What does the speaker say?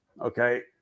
Okay